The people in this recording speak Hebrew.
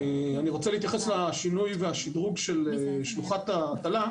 אני רוצה להתייחס לשינוי והשדרוג של שלוחת ההטלה.